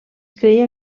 creia